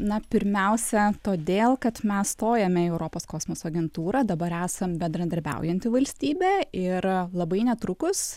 na pirmiausia todėl kad mes stojame į europos kosmoso agentūrą dabar esam bendradarbiaujanti valstybė ir labai netrukus